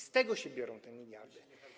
Z tego się biorą te miliardy.